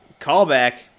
Callback